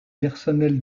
personnel